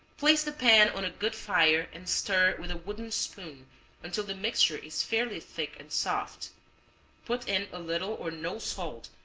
place the pan on a good fire and stir with a wooden spoon until the mixture is fairly thick and soft put in a little or no salt,